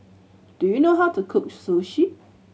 do you know how to cook Sushi